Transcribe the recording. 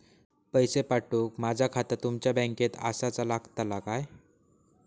पैसे पाठुक माझा खाता तुमच्या बँकेत आसाचा लागताला काय?